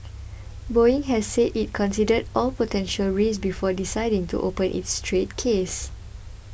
Boeing has said it considered all potential risks before deciding to open its trade case